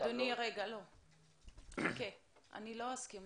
אני לא מסכימה.